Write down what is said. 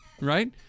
right